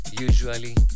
usually